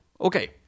Okay